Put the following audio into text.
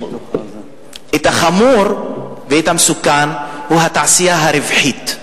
החמור והמסוכן זה התעשייה הרווחית.